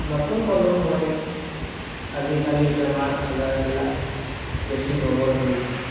নতুন প্ৰজন্মই আজিকালি বেমাৰ আজাৰবিলাক বেছি হ'ব ধৰিছে